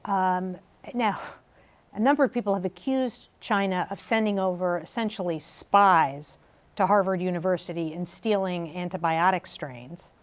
um um now a number of people have accused china of sending over essentially spies to harvard university in stealing antibiotic strains.